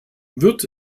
wird